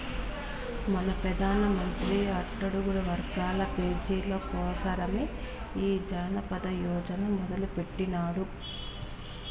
మన పెదానమంత్రి అట్టడుగు వర్గాల పేజీల కోసరమే ఈ జనదన యోజన మొదలెట్టిన్నాడు